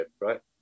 right